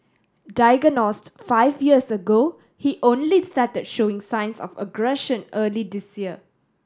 diagnosed five years ago he only started showing signs of aggression early this year